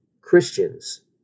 Christians